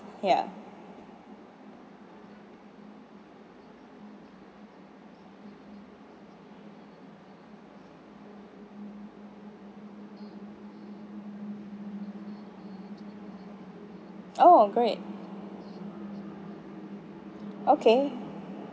ya